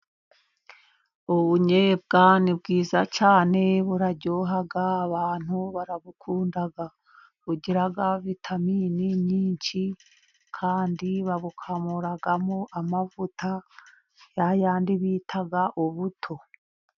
Ubunyebwa ni bwiza cyane buraryoha abantu barabukunda, bugira vitaminini nyinshi, kandi babukamuramo amavuta y'ayandi bita ubuto.